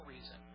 reason